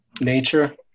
nature